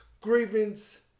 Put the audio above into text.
grievance